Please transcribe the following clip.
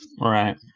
right